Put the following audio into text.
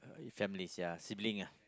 families yeah sibling ah